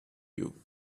you